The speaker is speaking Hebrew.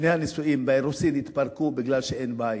לפני הנישואים, באירוסים, התפרקו בגלל שאין בית,